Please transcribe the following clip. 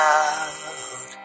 out